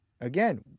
Again